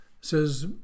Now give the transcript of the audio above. says